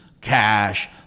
cash